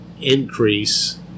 increase